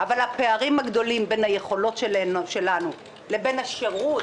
אבל הפערים הגדולים בין היכולות שלנו לשירות